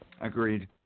Agreed